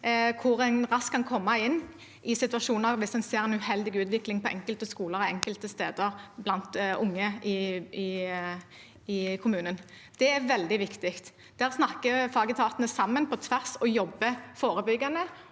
hvor en raskt kan komme inn i situasjoner hvis en ser en uheldig utvikling på enkelte skoler og enkelte steder blant unge i kommunen. Det er veldig viktig. Der snakker fagetatene sammen på tvers og jobber forebyggende,